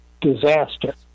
disaster